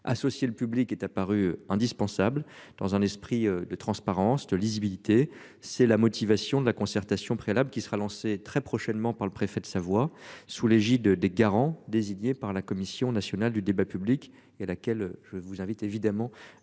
associer le public est apparu indispensable dans un esprit de transparence, de lisibilité, c'est la motivation de la concertation préalable qui sera lancé très prochainement par le préfet de Savoie, sous l'égide des garants désigné par la commission nationale du débat public et à laquelle je vous invite évidemment à participer